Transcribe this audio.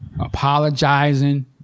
apologizing